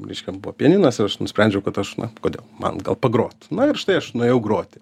reiškia ten buvo pianinas ir aš nusprendžiau kad aš na kodėl man gal pagrot na ir štai aš nuėjau groti